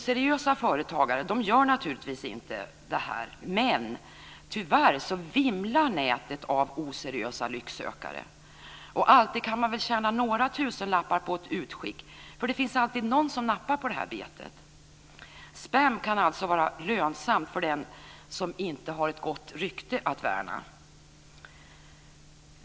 Seriösa företagare gör naturligtvis inte så, men tyvärr vimlar nätet av oseriösa lycksökare. Alltid kan man väl tjäna några tusenlappar på ett utskick, för det finns alltid någon som nappar på betet. Spam kan alltså vara lönsamt för den som inte har ett gott rykte att värna.